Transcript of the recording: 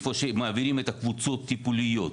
איפה שמעבירים את הקבוצות הטיפוליות.